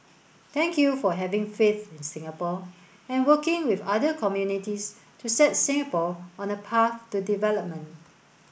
thank you for having faith in Singapore and working with other communities to set Singapore on a path to development